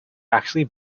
actually